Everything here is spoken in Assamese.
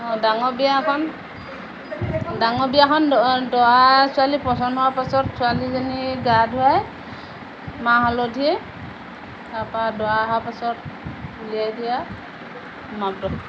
অঁ ডাঙৰ বিয়াখন ডাঙৰ বিয়াখন দৰা ছোৱালীয়ে পছন্দ হোৱা পাছত ছোৱালীজনী গা ধুৱাই মাহ হালধি তাৰ পৰা দৰা অহা পাছত উলিয়াই দিয়া